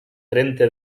trenta